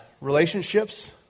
relationships